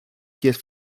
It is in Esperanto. kies